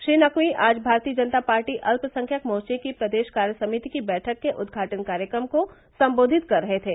श्री नकवी आज भारतीय जनता पार्टी अल्पसंख्यक मोर्च की प्रदेश कार्य समिति की बैठक के उद्घाटन कार्यक्रम को संबोधित कर रहे थे